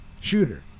shooter